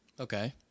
Okay